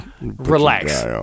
Relax